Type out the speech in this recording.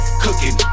Cooking